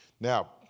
Now